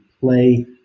play